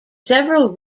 several